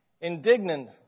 Indignant